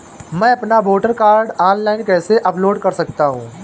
मैं अपना voter card online कैसे अपलोड कर सकता हूँ?